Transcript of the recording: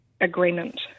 agreement